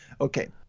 Okay